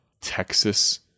Texas